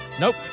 Nope